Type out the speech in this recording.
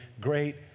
great